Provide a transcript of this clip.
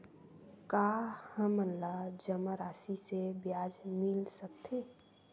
का हमन ला जमा राशि से ब्याज मिल सकथे?